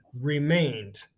remained